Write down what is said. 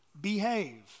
behave